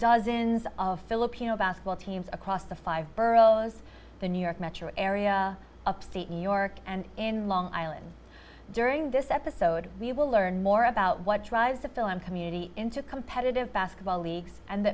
dozens of filipino basketball teams across the five boroughs two the new york metro area upstate new york and in long island during this episode we will learn more about what drives the film community into competitive basketball leagues and